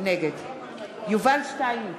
נגד יובל שטייניץ,